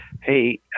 hey